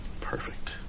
Perfect